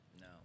no